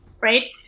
right